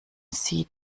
sie